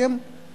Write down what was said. כי הם מבחינתם